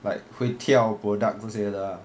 like 会跳 product 这些的 ah